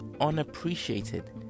unappreciated